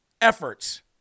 efforts